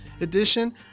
edition